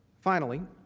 finally